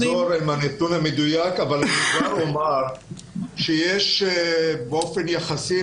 אני אחזור עם הנתון המדויק אבל אני כבר אומר שיש באופן יחסי,